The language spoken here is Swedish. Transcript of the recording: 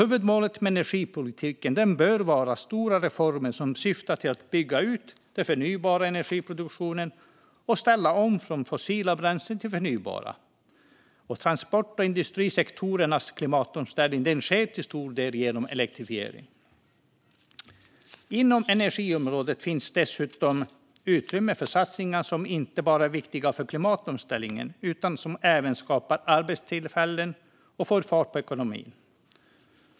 Huvudmålet med energipolitiken bör vara stora reformer som syftar till att bygga ut den förnybara energiproduktionen och ställa om från fossila bränslen till förnybara. Transport och industrisektorernas klimatomställning sker till stor del genom elektrifiering. Inom energiområdet finns dessutom utrymme för satsningar som inte bara är viktiga för klimatomställningen utan även skapar arbetstillfällen och får fart på ekonomin.